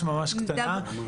ממש קטנה,